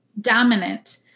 dominant